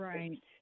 Right